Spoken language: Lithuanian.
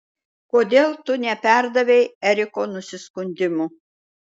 kodėl tu neperdavei eriko nusiskundimų